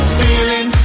feeling